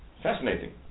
Fascinating